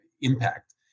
impact